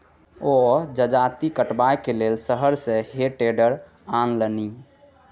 ओ जजाति कटबाक लेल शहर सँ हे टेडर आनलनि